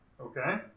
Okay